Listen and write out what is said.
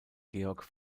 georg